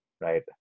Right